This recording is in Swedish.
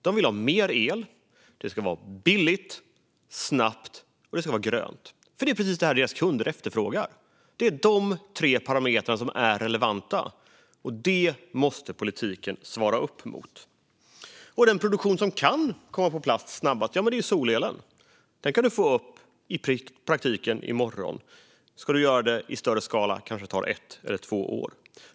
De vill ha mer el, och den ska vara billig, snabb och grön. Det är precis det deras kunder efterfrågar. Det är de tre parametrarna som är relevanta, och det måste politiken svara upp mot. Den produktion som kan komma på plats snabbast är solelen. Den kan du i praktiken få upp i morgon. Ska du göra det i större skala tar det kanske ett eller två år.